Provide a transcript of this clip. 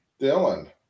Dylan